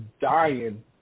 dying